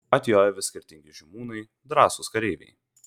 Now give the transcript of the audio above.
atjoja vis skirtingi žymūnai drąsūs kareiviai